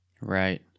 Right